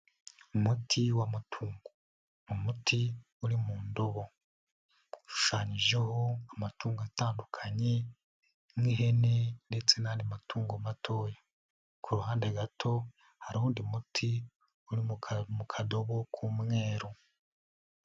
Umuti w'amatungo ni umuti uri mu ndobo ushushanyijeho amatungo atandukanye nk'ihene ndetse n'andi matungo matoya, ku ruhande gato hari uwundi muti uri mu kadobo k'umweru.